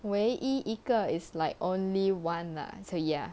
唯一一个 is like only one lah so ya